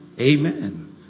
amen